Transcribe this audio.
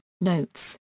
notes